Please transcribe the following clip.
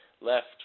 left